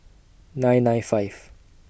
nine nine five